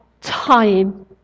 time